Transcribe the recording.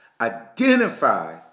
Identify